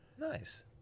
Nice